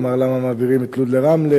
אמר: למה מעבירים את לוד לרמלה,